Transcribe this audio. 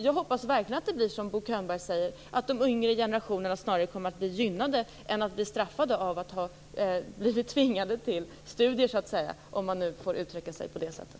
Jag hoppas verkligen att det blir som Bo Könberg säger, dvs. att de yngre generationerna snarare kommer att bli gynnade än straffade av att ha blivit tvingade till studier, om man nu får uttrycka sig på det sättet.